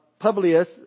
Publius